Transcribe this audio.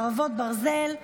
חרבות ברזל)